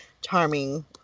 charming